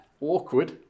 Awkward